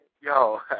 Yo